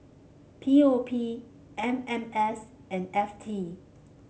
P O P M M S and F T